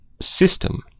system